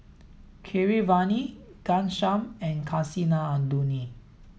Keeravani Ghanshyam and Kasinadhuni